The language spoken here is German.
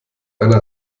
eine